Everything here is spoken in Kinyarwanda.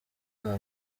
naba